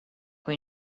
when